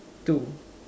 two